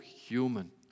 human